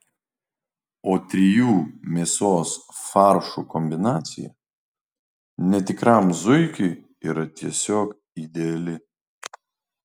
o trijų mėsos faršų kombinacija netikram zuikiui yra tiesiog ideali